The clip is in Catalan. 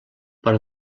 per